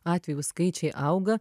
atvejų skaičiai auga